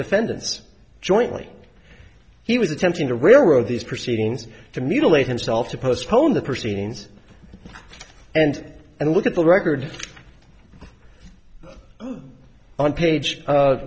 defendants jointly he was attempting to railroad these proceedings to mutilate himself to postpone the proceedings and and look at the record on page